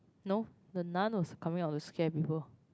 no the-nun was coming out to scare people